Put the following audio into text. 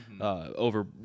over